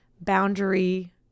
boundary